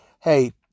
Hey